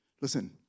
Listen